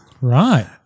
Right